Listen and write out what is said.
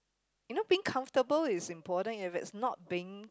you know being comfortable is important if it's not being